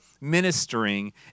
ministering